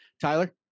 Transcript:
tyler